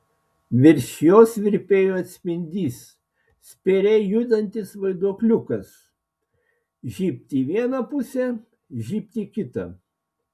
virš jos virpėjo atspindys spėriai judantis vaiduokliukas žybt į vieną pusę žybt į kitą